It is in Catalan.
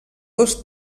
dos